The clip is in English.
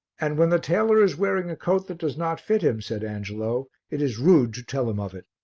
and when the tailor is wearing a coat that does not fit him, said angelo, it is rude to tell him of it.